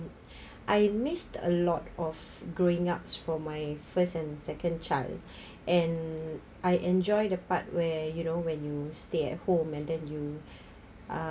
I missed a lot of growing up for my first and second child and I enjoy the part where you know when you stay at home and then you